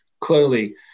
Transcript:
clearly